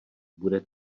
bude